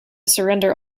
surrender